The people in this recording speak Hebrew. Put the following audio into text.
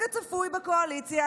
כצפוי בקואליציה,